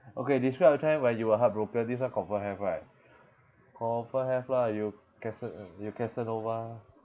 okay describe a time when you were heartbroken this one confirm have right confirm have lah you casa~ you casanova